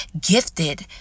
gifted